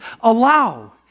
allow